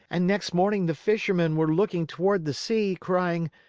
and next morning the fishermen were looking toward the sea, crying,